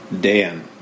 Dan